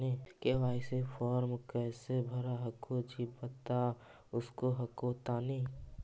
KYC फॉर्मा कैसे भरा हको जी बता उसको हको तानी?